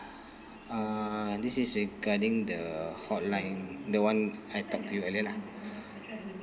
uh this is regarding the hotline the one I talked to you earlier lah